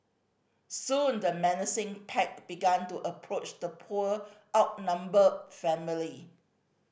soon the menacing pack began to approach the poor outnumbered family